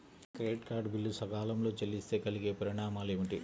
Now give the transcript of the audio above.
Credit card bill సకాలంలో చెల్లిస్తే కలిగే పరిణామాలేమిటి?